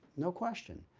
no question.